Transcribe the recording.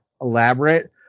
elaborate